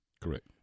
Correct